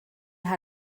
how